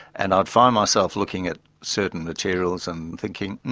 and i'd find myself looking at certain materials and thinking,